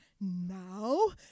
now